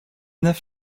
neuf